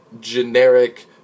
generic